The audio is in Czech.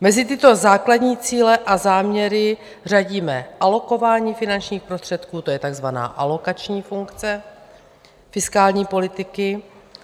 Mezi tyto základní cíle a záměry řadíme alokování finančních prostředků, to je tak zvaná alokační funkce fiskální politiky,